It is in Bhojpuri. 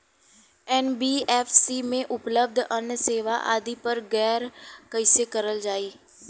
एन.बी.एफ.सी में उपलब्ध अन्य सेवा आदि पर गौर कइसे करल जाइ?